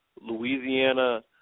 Louisiana